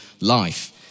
life